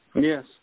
Yes